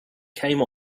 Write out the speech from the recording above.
came